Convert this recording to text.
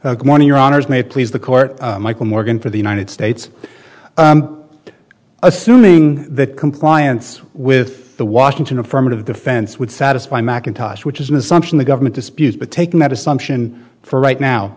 you your honors may please the court michael morgan for the united states assuming that compliance with the washington affirmative defense would satisfy mcintosh which is an assumption the government disputes but taking that assumption for right now